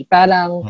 Parang